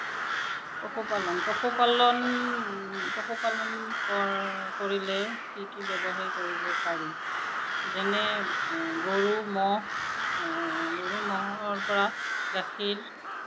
পশুপালন পশুপালন পশুপালন কৰ কৰিলে কি কি ব্যৱসায় কৰিব পাৰি যেনে গৰু ম'হ গৰু ম'হৰ পৰা গাখীৰ